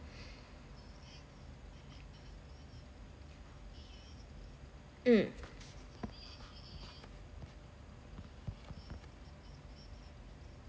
mm